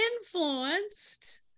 influenced